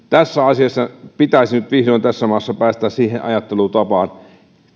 tässä asiassa pitäisi tässä maassa nyt vihdoin päästä siihen ajattelutapaan